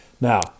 Now